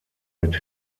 mit